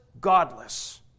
godless